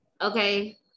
Okay